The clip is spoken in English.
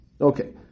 Okay